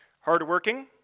hardworking